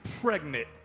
pregnant